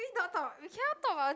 please don't talk we cannot talk about